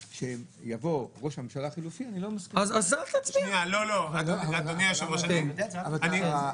שיבוא ראש הממשלה החלופי אז לא הייתי מצביע בעד.